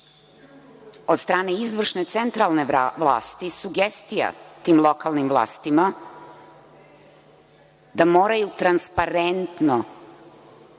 od strane izvršne i centralne vlasti, sugestija tim lokalnim vlastima, da moraju transparentno